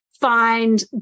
find